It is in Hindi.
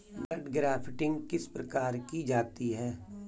बड गराफ्टिंग किस प्रकार की जाती है?